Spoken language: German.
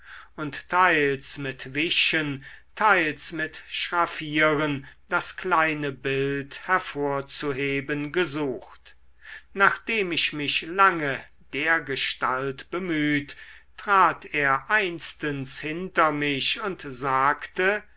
und teils mit wischen teils mit schraffieren das kleine bild hervorzuheben gesucht nachdem ich mich lange dergestalt bemüht trat er einstens hinter mich und sagte